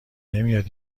نمیاد